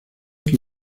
que